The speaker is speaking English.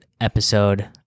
episode